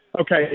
okay